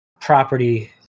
property